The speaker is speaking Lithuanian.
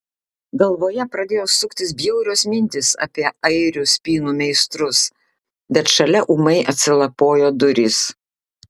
galvoje pradėjo suktis bjaurios mintys apie airių spynų meistrus bet šalia ūmai atsilapojo durys